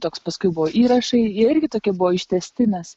toks paskui buvo įrašai jie irgi tokie buvo ištęstinės